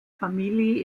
familie